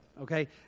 okay